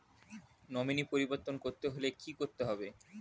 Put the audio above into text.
Nominee পরিবর্তন করতে হলে কী করতে হবে?